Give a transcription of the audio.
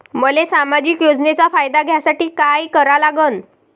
मले सामाजिक योजनेचा फायदा घ्यासाठी काय करा लागन?